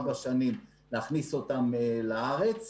ארבע שנים להכניס אותם לארץ.